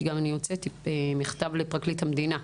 וגם הוצאתי מכתב לפרקליט המדינה.